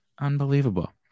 Unbelievable